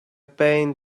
pain